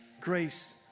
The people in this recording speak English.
Grace